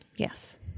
Yes